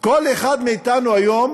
כל אחד מאתנו היום,